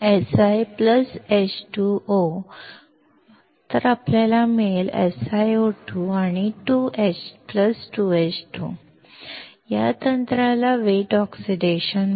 Si 2H2O 🡪 SiO2 2H2 या तंत्राला wet oxidation